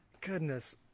Goodness